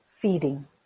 feeding